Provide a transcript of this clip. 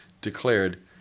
declared